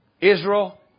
Israel